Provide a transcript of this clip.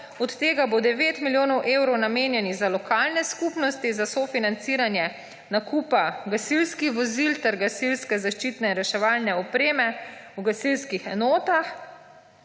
Od tega bo 9 milijonov evrov namenjenih za lokalne skupnosti za sofinanciranje nakupa gasilskih vozil ter gasilske zaščitne in reševalne opreme v gasilskih enotah,